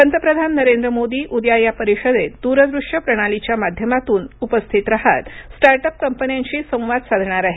पंतप्रधान नरेंद्र मोदी उद्या या परिषदेत द्रदृश्य प्रणालीच्या माध्यमातून उपस्थित रहात स्टार्टअप कंपन्यांशी संवाद साधणार आहेत